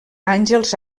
àngels